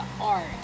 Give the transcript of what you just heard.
art